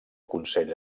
consell